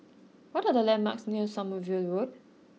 what are the landmarks near Sommerville Road